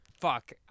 Fuck